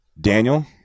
Daniel